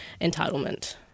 entitlement